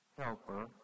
helper